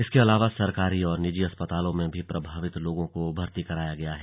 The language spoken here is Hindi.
इसके अलावा सरकारी और निजी अस्पतालों में भी प्रभावित लोगों को भर्ती कराया गया है